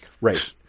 Right